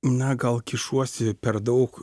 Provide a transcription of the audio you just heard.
na gal kišuosi per daug